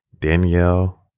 Danielle